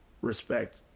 respect